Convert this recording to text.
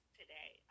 today